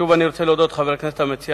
שוב אני רוצה להודות לחבר הכנסת המציע